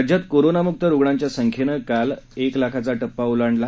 राज्यात कोरोनामुक रुग्णांच्या संख्येनं काल ओलांडला एक लाखाचा टप्पा ओलांडला